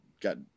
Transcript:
got